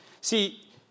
See